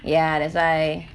ya that's why